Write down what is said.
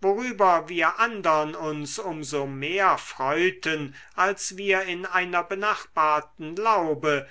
worüber wir andern uns um so mehr freuten als wir in einer benachbarten laube